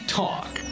talk